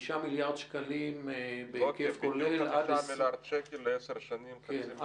כ-5 מיליארד שקלים בהיקף ------ מיליארד שקל לעשר שנים --- כן,